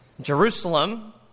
Jerusalem